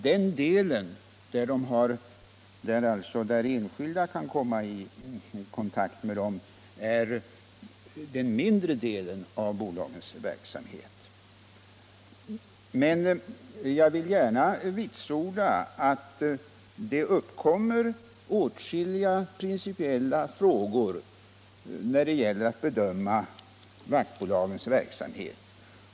Den del av deras verksamhet där enskilda kan komma i kontakt med den är den mindre delen av bolagens verksamhet. Men jag vill gärna vitsorda att det uppkommer åtskilliga principiella frågor när det gäller att bedöma vaktbolagens verksamhet.